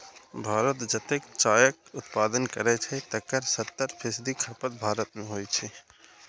भारत जतेक चायक उत्पादन करै छै, तकर सत्तर फीसदी खपत भारते मे होइ छै